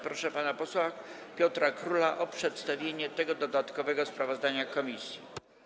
Proszę pana posła Piotra Króla o przedstawienie tego dodatkowego sprawozdania komisji.